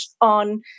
on